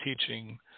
teaching